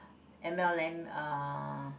m_l_m uh